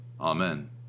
amen